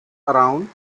around